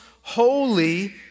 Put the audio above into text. holy